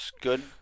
Good